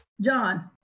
John